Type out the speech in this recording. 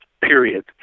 period